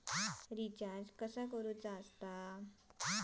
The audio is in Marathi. रिचार्ज कसा करायचा?